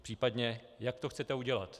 Případně jak to chcete udělat?